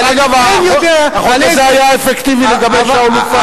דרך אגב, החוק הזה היה אפקטיבי לגבי שאול מופז.